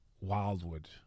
wildwood